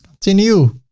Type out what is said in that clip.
continue.